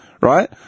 right